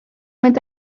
mynd